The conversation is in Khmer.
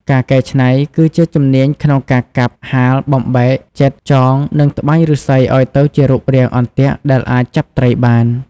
ការកែច្នៃ គឺជាជំនាញក្នុងការកាប់ ហាល បំបែក ចិត ចង និងត្បាញឫស្សីឲ្យទៅជារូបរាងអន្ទាក់ដែលអាចចាប់ត្រីបាន។